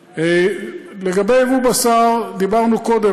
לגבי יבוא בשר דיברנו קודם,